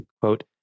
Quote